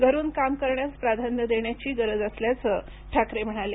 घरुन काम करण्यास प्राधान्य देण्याची गरज असल्याचं ठाकरे म्हणाले